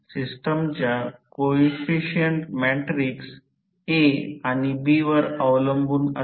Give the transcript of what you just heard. आता रोहीत्रची संपूर्ण दिवसांची कार्यक्षमता हे समजते की आम्ही तेथे 1 संख्यात्मक घेऊ